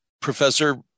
Professor